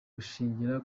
gushingira